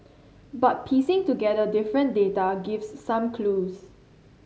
but piecing together different data gives some clues